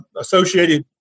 associated